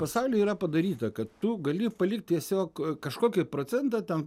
pasauly yra padaryta kad tu gali palikt tiesiog kažkokį procentą tam